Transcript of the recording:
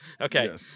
okay